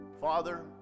Father